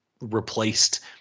replaced